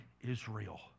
Israel